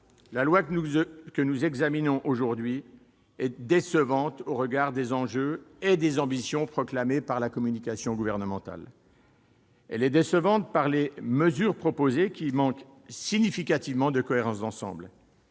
collègues, ce projet de loi est décevant au regard des enjeux et des ambitions proclamées par la communication gouvernementale. Décevant par les mesures proposées, qui manquent significativement de cohérence d'ensemble,